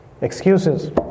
Excuses